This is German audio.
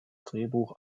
drehbuch